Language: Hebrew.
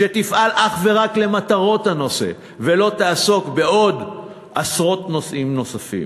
שתפעל אך ורק למטרות הנושא ולא תעסוק בעוד עשרות נושאים נוספים,